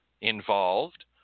involved